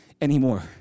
anymore